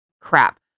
crap